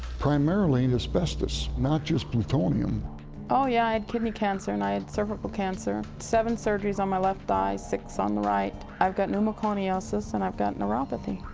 primarily and asbestos, not just plutonium. woman oh yeah, i had kidney cancer and i had cervical cancer, seven surgeries on my left eye, six on the right, i've got pneumoconiosis and i've got neuropathy.